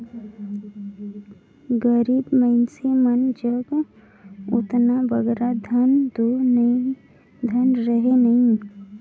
गरीब मइनसे मन जग ओतना बगरा धन दो रहें नई